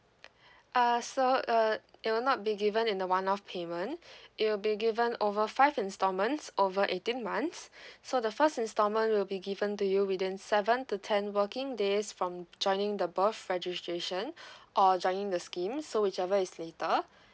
uh so uh it'll not be given in a one off payment it will be given over five installments over eighteen months so the first instalment will be given to you within seven to ten working days from joining the birth registration or joining the scheme so whichever is later